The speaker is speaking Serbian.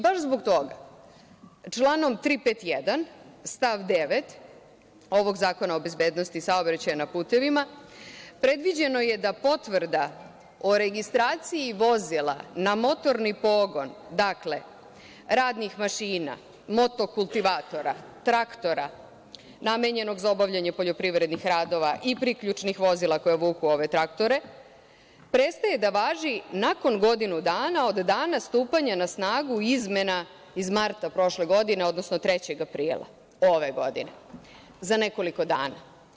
Baš zbog toga, članom 351. stav 9. ovog Zakona o bezbednosti saobraćaja na putevima predviđeno je da potvrda o registraciji vozila na motorni pogon, dakle, radnih mašina, motokultivatora, traktora namenjenog za obavljanje poljoprivrednih radova i priključnih vozila koji vuku ove traktore, prestaje da važi nakon godinu dana od dana stupanja na snagu izmena iz marta prošle godine, odnosno 3. aprila ove godine, za nekoliko dana.